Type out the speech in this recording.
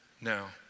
now